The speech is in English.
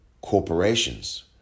corporations